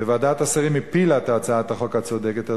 וועדת השרים הפילה את הצעת החוק הצודקת הזאת,